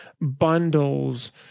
bundles